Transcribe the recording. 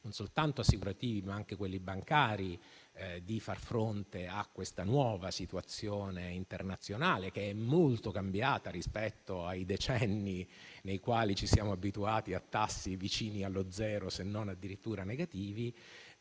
gli istituti assicurativi, ma anche per quelli bancari, di far fronte a questa nuova situazione internazionale, che è molto cambiata rispetto ai decenni nei quali ci siamo abituati a tassi vicini allo zero, se non addirittura negativi.